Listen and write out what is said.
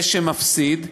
זה שמפסיד ואומר: